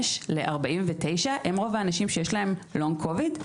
35-49 הם רוב האנשים שיש להם לונג קוביד?